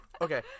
Okay